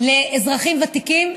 לאזרחים ותיקים,